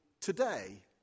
today